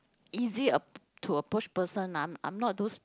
easy a to approach person I'm I'm not those